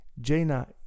Jaina